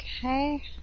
Okay